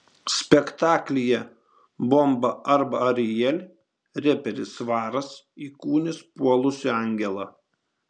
spektaklyje bomba arba ariel reperis svaras įkūnys puolusį angelą